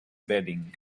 bedding